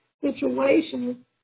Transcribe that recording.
situation